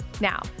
Now